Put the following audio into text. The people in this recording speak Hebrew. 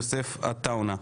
יוסף עטואונה.